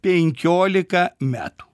penkiolika metų